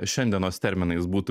šiandienos terminais būtų